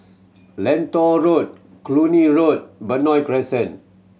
Lentor Road Cluny Road Benoi Crescent